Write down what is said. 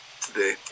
today